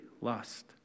lust